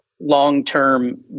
long-term